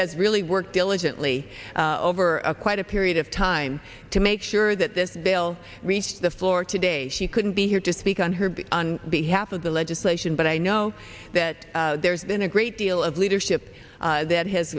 has really worked diligently over quite a period of time to make sure that this bill reaches the floor today she couldn't be here to speak on her on behalf of the legislation but i know that there's been a great deal of leadership that has